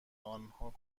آنها